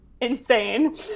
insane